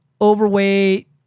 overweight